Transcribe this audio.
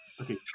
okay